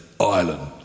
Island